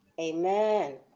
Amen